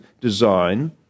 design